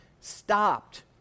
stopped